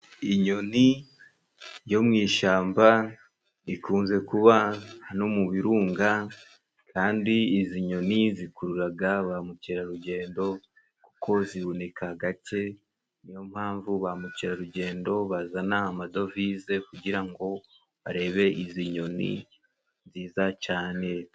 Inyoni yo mu ishyamba rikunze kuba no mu birunga kandi izi nyoni zikururaga ba mukerarugendo kuko ziboneka gake, niyo mpamvu ba mukerarugendo bazana amadovize kugirango barebe izi nyoni nziza cyane.